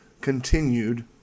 continued